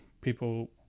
people